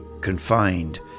confined